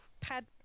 pad